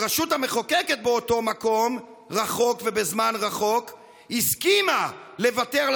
הרשות המחוקקת באותו מקום רחוק ובזמן רחוק הסכימה לוותר על